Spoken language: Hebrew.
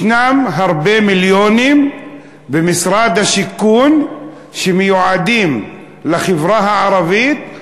ישנם הרבה מיליונים במשרד השיכון שמיועדים לחברה הערבית,